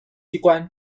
机关